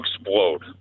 explode